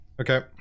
Okay